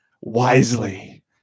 wisely